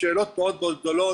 אלו שאלות מאוד מאוד גדולות,